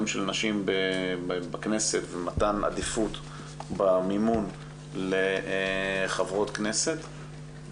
של נשים בכנסת ומתן עדיפות במימון לחברות כנסת,